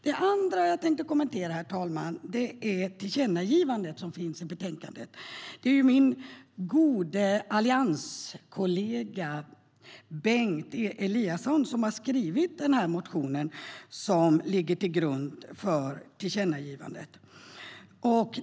Det andra som jag tänkte kommentera är det tillkännagivande som finns i betänkandet. Det är min gode allianskollega Bengt Eliasson som har skrivit den motion som ligger till grund för tillkännagivandet.